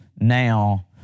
now